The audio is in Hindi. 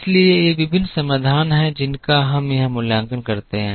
इसलिए ये विभिन्न समाधान हैं जिनका हम यहां मूल्यांकन करते हैं